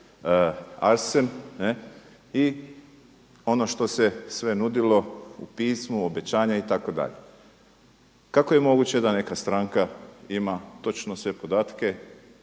Arsen. I ono što se sve nudilo u pismu obećanja itd. Kako je moguće da neka stranka ima točno sve podatke